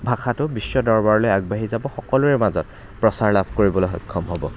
ভাষাটো বিশ্ব দৰবাৰলৈ আগবাঢ়ি যাব সকলোৰে মাজত প্ৰচাৰ লাভ কৰিবলৈ সক্ষম হ'ব